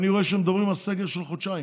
ואני רואה שמדברים על סגר של חודשיים.